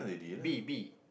bee bee